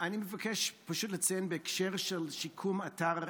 אני מבקש פשוט לציין בהקשר של שיקום תעש